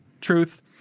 truth